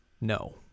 No